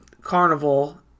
carnival